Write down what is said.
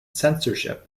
censorship